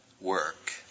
work